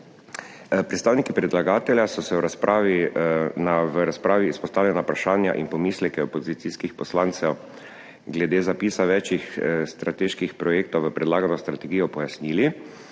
Predstavniki predlagatelja so v razpravi izpostavljena vprašanja in pomisleke opozicijskih poslancev glede zapisa več strateških projektov v predlagano strategijo pojasnili,